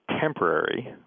temporary